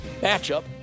matchup